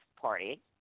party